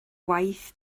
waith